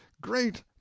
great